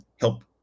help